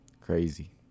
Crazy